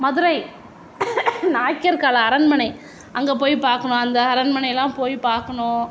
மதுரை நாயக்கர் கால அரண்மனை அங்கே போய் பார்க்கணும் அந்த அரண்மனை எல்லாம் போய் பார்க்கணும்